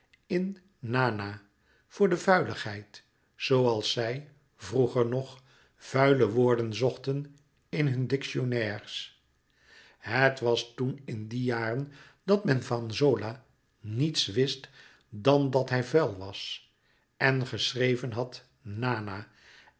in nana voor de vuiligheid zooals zij vroeger nog vuile woorden zochten in hun dictionnaires het was toen in die jaren dat men van zola niets wist dan dat louis couperus metamorfoze hij vuil was en geschreven had nana